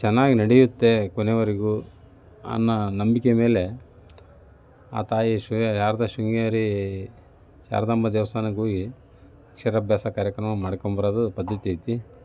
ಚೆನ್ನಾಗಿ ನಡೆಯುತ್ತೆ ಕೊನೆವರೆಗೂ ಅನ್ನೋ ನಂಬಿಕೆ ಮೇಲೆ ಆ ತಾಯಿ ಶಾರದ ಶೃಂಗೇರಿ ಶಾರದಾಂಬ ದೇವಸ್ಥಾನಕ್ಕೋಗಿ ಅಕ್ಷರಾಭ್ಯಾಸ ಕಾರ್ಯಕ್ರಮ ಮಾಡ್ಕೊಂಡು ಬರೋದು ಪದ್ಧತಿ ಐತಿ